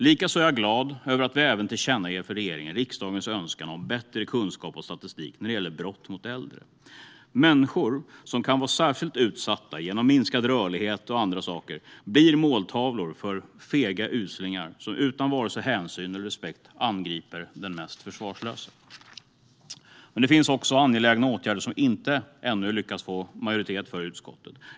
Jag är glad över att vi tillkännager för regeringen riksdagens önskan om bättre kunskap och statistik när det gäller brott mot äldre. Människor som kan vara särskilt utsatta genom minskad rörlighet och annat blir måltavlor för fega uslingar som utan vare sig hänsyn eller respekt angriper den mest försvarslösa. Det finns också angelägna åtgärder som vi ännu inte har lyckats få majoritet för i utskottet.